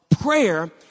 prayer